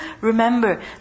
remember